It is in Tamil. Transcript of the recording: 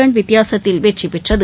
ரன் வித்தியாசத்தில் வெற்றி பெற்றது